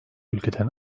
ülkeden